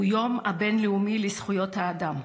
הוא היום הבין-לאומי לזכויות האדם.